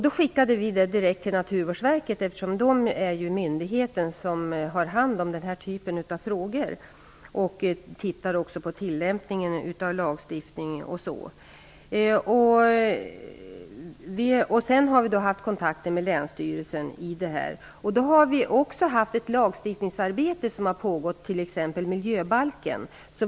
Vi skickade detta direkt till Naturvårdsverket eftersom det är den myndighet som har hand om den här typen av frågor. De tittar också på tillämpningen av lagstiftningen. Sedan har vi haft kontakter med länsstyrelsen i ärendet. Det har också pågått ett lagstiftningsarbete, t.ex. när det gäller miljöbalken.